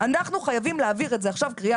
אנחנו חייבים להעביר את זה עכשיו קריאה